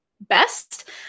best